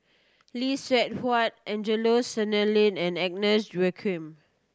Lee Seng Huat Angelo Sanelli and Agnes Joaquim